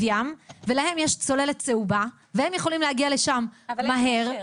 ים ולהם יש צוללת צהובה והם יכולים להגיע לשם מהר,